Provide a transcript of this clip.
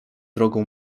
drogą